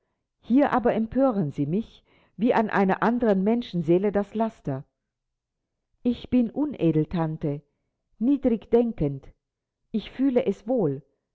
hier aber empören sie mich wie an einer anderen menschenseele das laster ich bin unedel tante niedrig denkend ich fühle es wohl